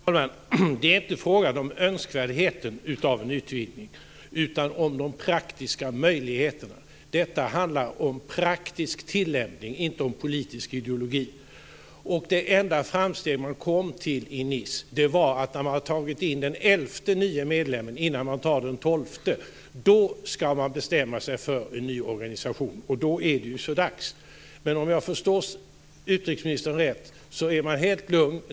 Fru talman! Det är inte fråga om önskvärdheten av en utvidgning utan om de praktiska möjligheterna. Detta handlar om praktisk tillämpning, inte om politisk ideologi. Det enda framsteg man gjorde i Nice var att när man har tagit in den elfte nye medlemmen, innan man tar in den tolfte, ska man bestämma sig för en ny organisation. Då är det ju så dags. Men om jag förstår utrikesministern rätt är man helt lugn.